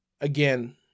Again